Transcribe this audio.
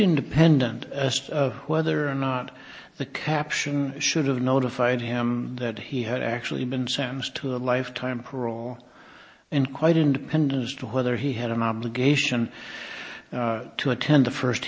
independent of whether or not the caption should have notified him that he had actually been sentenced to a life time parole and quite independent as to whether he had an obligation to attend the first